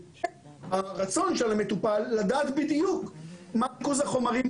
הרצון של המטופל לדעת בדיוק מה ריכוז החומרים